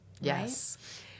Yes